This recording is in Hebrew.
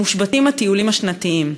מושבתים הטיולים השנתיים.